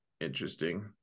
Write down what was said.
interesting